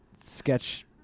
sketch